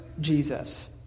Jesus